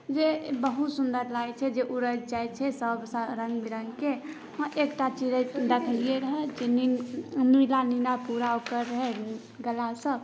जे बहुत सुन्दर लागै छै जे उड़ैत जाइ छै सब रङ्ग बिरङ्गके हँ एकटा चिड़ै देखलिए रहै जे नीला नीला पूरा ओकर रहै गलासब